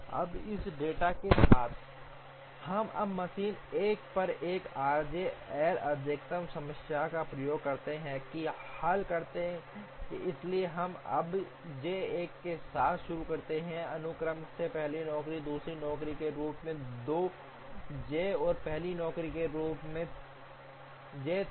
अब इस डेटा के साथ हम अब मशीन 1 पर 1 आरजे एल अधिकतम समस्या का प्रयास करते हैं और हल करते हैं इसलिए हम अब जे 1 के साथ शुरू करते हैं अनुक्रम में पहली नौकरी दूसरी नौकरी के रूप में 2 जे और पहली नौकरी के रूप में जे 3